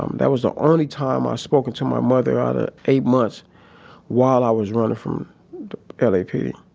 um that was the only time i spoken to my mother out of eight months while i was running from lapd.